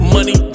Money